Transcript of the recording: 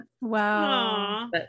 Wow